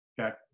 okay